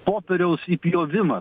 popieriaus įpjovimą